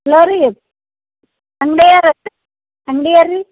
hello ರೀ ಅಂಗ್ಡಿ ಯಾರು ಅಂಗಡಿ ಯಾರು ರೀ